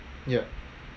yup